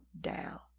down